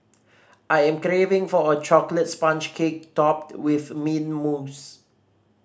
I am craving for a chocolate sponge cake topped with mint mousse